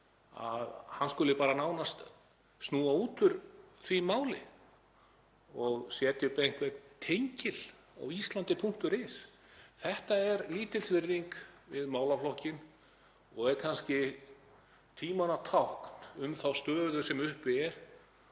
skuli bara nánast snúa út úr því máli og setja upp einhvern tengil á ísland.is. Þetta er lítilsvirðing við málaflokkinn og er kannski tímanna tákn um þá stöðu sem uppi er